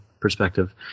perspective